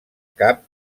cap